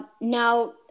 Now